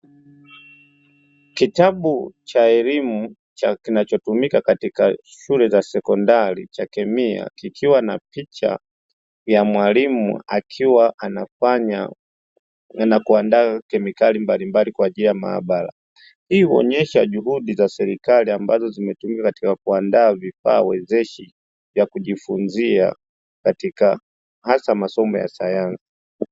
Kitabu cha elimu kinachotumika katika shule za sekondari ya kemia kikiwa na picha ya mwalimu akiwa anafanya akiandaa kemikali mbalimbali kwa ajili ya maabara, hii huonyesha juhudi za serikali ambazo zimetumika katika kuandaa vifaa wezeshi vya kujifunzia katika hasa masomo ya sayansi.